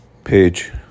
Page